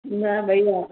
न भईया